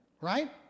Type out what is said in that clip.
right